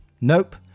nope